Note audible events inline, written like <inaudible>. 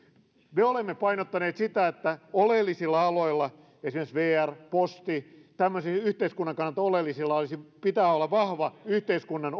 me olemme painottaneet sitä että oleellisilla aloilla esimerkiksi vr posti tämmöisillä yhteiskunnan kannalta oleellisilla pitää olla vahva yhteiskunnan <unintelligible>